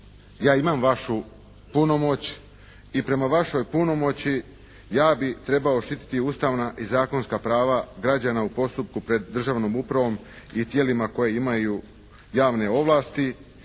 ja imam vašu punomoć i prema vašoj punomoći ja bih trebao štititi ustavna i zakonska prava građana u postupku pred državnom upravo i tijelima koje imaju javne ovlasti,